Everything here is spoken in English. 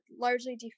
largely